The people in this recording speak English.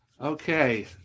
Okay